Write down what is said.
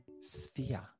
Sphere